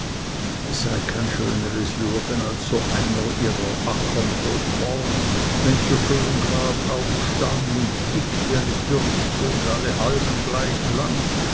es sei kein schöneres luegen als so einer ihrer ackern voll korn wenns so schön graduf stang und dick wie eine bürste und alle halmen gleich lang